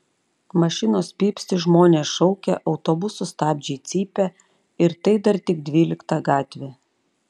mašinos pypsi žmonės šaukia autobusų stabdžiai cypia ir tai dar tik dvylikta gatvė